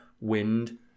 wind